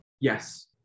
Yes